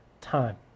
time